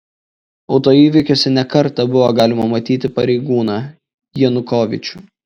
autoįvykiuose ne kartą buvo galima matyti pareigūną janukovyčių